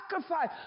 sacrifice